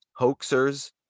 hoaxers